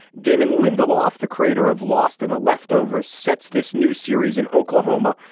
damon lindelof the creator of lost in the leftovers sets this new series in oklahoma.